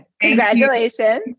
Congratulations